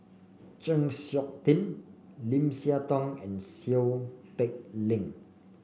Chng Seok Tin Lim Siah Tong and Seow Peck Leng